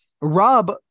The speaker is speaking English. Rob